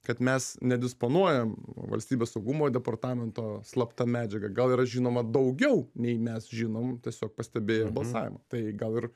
kad mes nedisponuojam valstybės saugumo departamento slapta medžiaga gal yra žinoma daugiau nei mes žinom tiesiog pastebėję balsavimą tai gal ir